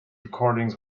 recordings